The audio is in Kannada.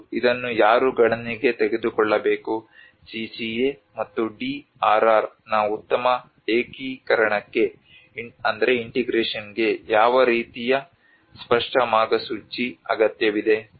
ಮತ್ತು ಇದನ್ನು ಯಾರು ಗಣನೆಗೆ ತೆಗೆದುಕೊಳ್ಳಬೇಕು CCA ಮತ್ತು DRR ನ ಉತ್ತಮ ಏಕೀಕರಣಕ್ಕೆ ಯಾವ ರೀತಿಯಲ್ಲಿ ಸ್ಪಷ್ಟ ಮಾರ್ಗಸೂಚಿ ಅಗತ್ಯವಿದೆ